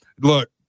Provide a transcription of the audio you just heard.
Look